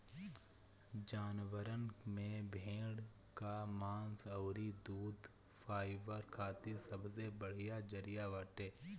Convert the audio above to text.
जानवरन में भेड़ कअ मांस अउरी दूध फाइबर खातिर सबसे बढ़िया जरिया बाटे